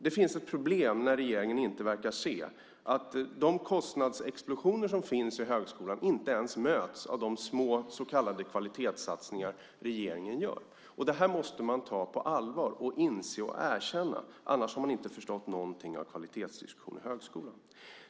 Det finns ett problem när regeringen inte verkar se att kostnadsexplosionerna i högskolan inte ens möts av de små så kallade kvalitetssatsningar som regeringen gör. Detta måste man ta på allvar och inse och erkänna, annars har man inte förstått någonting av kvalitetsdiskussionen i högskolan.